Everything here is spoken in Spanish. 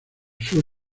sur